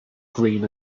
green